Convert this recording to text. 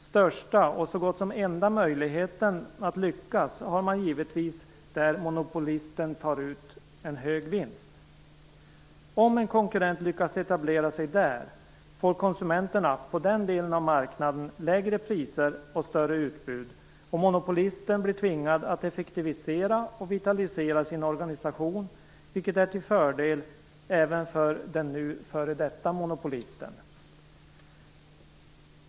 Största, och så gott som enda, möjligheten att lyckas har man givetvis där monopolisten tar ut en hög vinst. Om en konkurrent lyckas etablera sig där får konsumenterna på denna del av marknaden lägre priser och större utbud. Monopolisten blir tvingad att effektivisera och vitalisera sin organisation, vilket är till fördel även för den nu f.d. monopolisten.